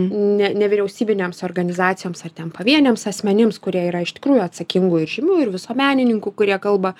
ne nevyriausybinėms organizacijoms ar ten pavieniams asmenims kurie yra iš tikrųjų atsakingų ir žymių ir visuomenininkų kurie kalba